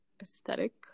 aesthetic